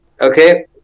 Okay